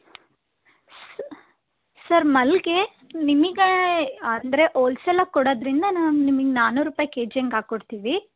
ಸ್ ಸರ್ ಮಲ್ಲಿಗೆ ನಿಮಗೆ ಅಂದರೆ ಹೋಲ್ಸೇಲಾಗಿ ಕೊಡೋದ್ರಿಂದ ನಾವು ನಿಮಗೆ ನಾನ್ನೂರು ರೂಪಾಯಿ ಕೆ ಜಿ ಹಾಗೆ ಹಾಕ್ಕೊಡ್ತೀವಿ